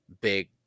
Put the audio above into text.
big